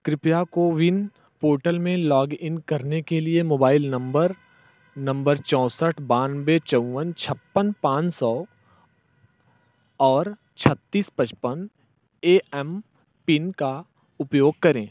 कृपया कोविन पोर्टल में log in करने के लिए मोबाइल नम्बर नम्बर चौसठ बानबे चौवन छप्पन पाँच सौ और छत्तीस पचपन ए एम पिन का उपयोग करें